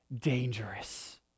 dangerous